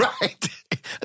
Right